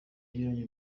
yagiranye